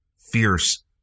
fierce